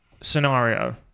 scenario